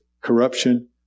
corruption